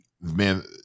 man